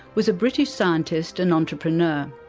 was a british scientist and entrepreneur.